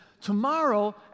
Tomorrow